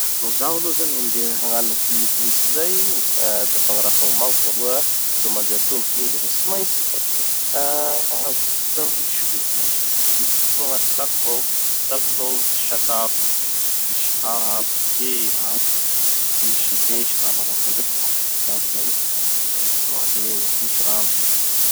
No zaho aloha zany handeha hagnaniky vohitsy zay da fa gny raha fa omagniko aloha no mandeha tomboky igny dafa tsy maintsy ah misy trousse de secours agnaty sac-ko ao, kitapoko ao misy sakafo, misy rano, briquet, afo, misy mesa raha manahaky anizay fa ataoko vonona zany no handeha egny aho. Misy rano.